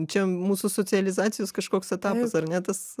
čia mūsų socializacijos kažkoks etapas ar ne tas